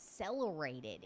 accelerated